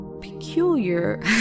peculiar